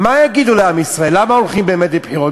מה יגידו לעם ישראל, למה הולכים באמת לבחירות?